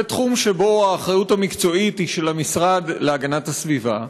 זה תחום שבו האחריות המקצועית היא של המשרד להגנת הסביבה,